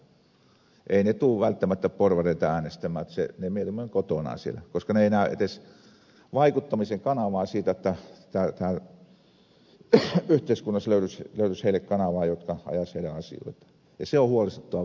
eivät he tule välttämättä porvareita äänestämään ovat mieluummin kotonaan siellä koska he eivät näe edes vaikuttamisen kanavaa siitä että tässä yhteiskunnassa löytyisi heille kanavaa joka ajaisi heidän asioitaan ja se on huolestuttava piirre